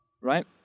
right